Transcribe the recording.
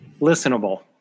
listenable